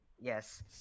Yes